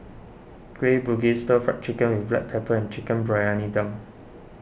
Kueh Bugis Stir Fried Chicken with Black Pepper and Chicken Briyani Dum